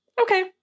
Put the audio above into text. Okay